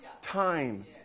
time